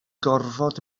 gorfod